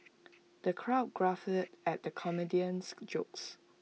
the crowd guffawed at the comedian's jokes